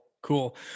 Cool